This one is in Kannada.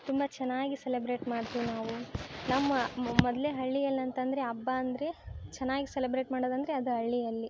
ತುಂಬ ಚೆನ್ನಾಗಿ ಸೆಲೆಬ್ರೇಟ್ ಮಾಡ್ತೀವಿ ನಾವು ನಮ್ಮ ಮೊದಲೆ ಹಳ್ಳಿಯಲ್ಲಿ ಅಂತ ಅಂದ್ರೆ ಹಬ್ಬ ಅಂದರೆ ಚೆನ್ನಾಗಿ ಸೆಲೆಬ್ರೇಟ್ ಮಾಡೋದೆಂದ್ರೆ ಅದು ಹಳ್ಳಿಯಲ್ಲಿ